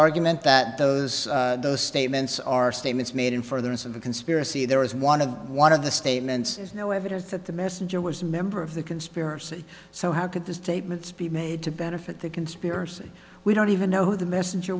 argument that those those statements are statements made in furtherance of the conspiracy there is one of one of the statements is no evidence that the messenger was a member of the conspiracy so how could the statements be made to benefit the conspiracy we don't even know who the messenger